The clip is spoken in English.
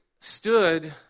stood